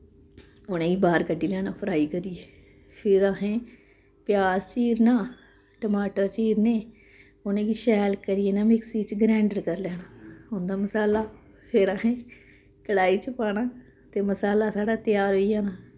उ'नेंगी बाह्र कड्डी लैना फ्राई करियै फिर असें प्याज चीरना टमाटर चीरने उ'नेंगी शैल करियै ना मिक्सी च ग्रैंडर करी लैना उं'दा मसाला फिर असें कड़ाही च पाना ते मसाला साढ़ा त्यार होई जाना